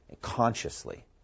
consciously